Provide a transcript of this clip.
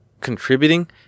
contributing